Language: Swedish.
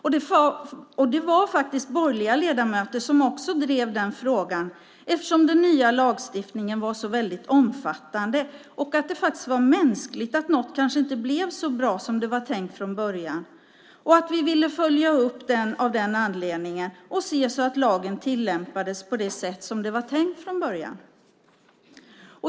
Även borgerliga ledamöter drev den frågan eftersom den nya lagstiftningen var så omfattande och eftersom det var mänskligt att något kanske inte blev så bra som det var tänkt från början. Av den anledningen ville vi följa upp den och se att lagen tillämpades på det sätt som det var tänkt från början.